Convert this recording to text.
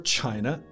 China